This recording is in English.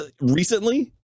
recently